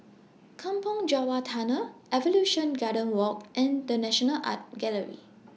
Kampong Java Tunnel Evolution Garden Walk and The National Art Gallery